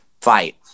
fight